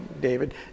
David